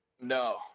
No